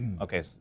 Okay